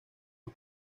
los